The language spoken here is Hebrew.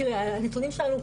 תראי הנתונים שעלו,